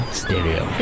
stereo